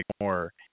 more